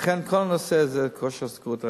לכן כל הנושא הזה של כושר השתכרות,